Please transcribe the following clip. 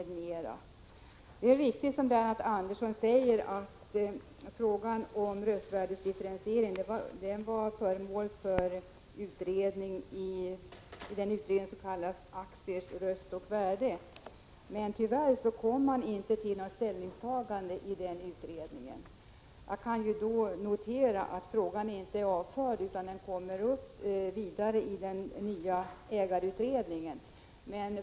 Det är riktigt, som Lennart Andersson säger, att frågan om röstvärdesdifferentiering var förmål för utredning i utredningen om aktiers röst och värde, men den utredningen kom tyvärr inte fram till något ställningstagande. Jag kan notera att frågan inte är avförd utan kommer upp i den nya ägarutredningen.